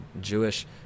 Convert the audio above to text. Jewish